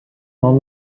dans